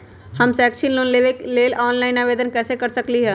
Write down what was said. हम शैक्षिक लोन लेबे लेल ऑनलाइन आवेदन कैसे कर सकली ह?